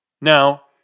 Now